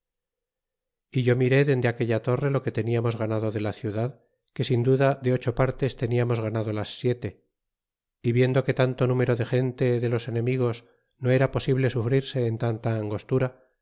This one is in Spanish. e yo miré dende aquella torre lo que tentamos ganado de la ciudad que sin duda de ocho para tes teniamos ganado las siete d viendo que tanto número de gente de los enemigos no era posible sufrirse en tanta angostura